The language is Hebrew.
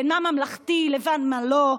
בין מה ממלכתי לבין מה לא,